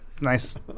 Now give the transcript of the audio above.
nice